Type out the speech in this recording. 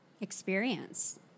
experience